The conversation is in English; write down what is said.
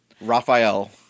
Raphael